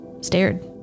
stared